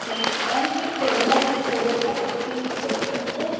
ठीक है मैम कोई फेमस डेज़र्ट है आपके रेस्टोरेंट पर